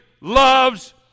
loves